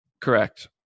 Correct